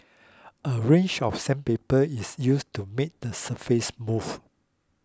a range of sandpaper is used to make the surfaces smooth